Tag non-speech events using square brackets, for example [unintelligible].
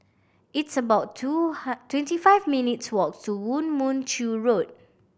it's about two [unintelligible] twenty five minutes' walk to Woo Mon Chew Road